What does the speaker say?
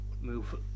move